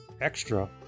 extra